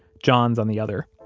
john's on the other,